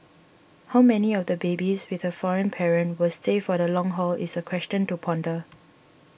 how many of the babies with a foreign parent will stay for the long haul is a question to ponder